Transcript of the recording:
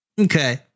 Okay